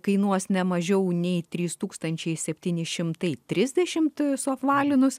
kainuos ne mažiau nei trys tūkstančiai septyni šimtai trisdešimt suapvalinus